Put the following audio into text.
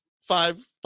five